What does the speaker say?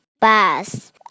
bus